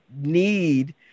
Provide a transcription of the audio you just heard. need